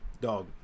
Dog